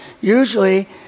Usually